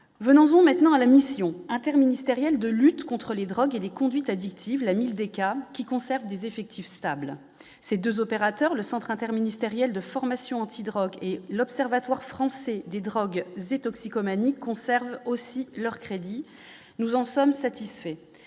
venons maintenant à la Mission interministérielle de lutte contre les drogues et les conduites addictives la mise des câbles qui conserve des effectifs stables : ces 2 opérateurs le centre interministériel de formation anti-drogue et l'Observatoire français des drogues et toxicomanies conservent aussi leur crédit, nous en sommes satisfaits